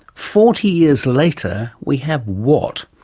forty years later we have what?